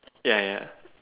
ya ya